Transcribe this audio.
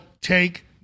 take